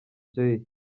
jay